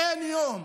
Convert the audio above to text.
אין יום,